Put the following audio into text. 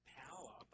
power